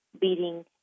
beating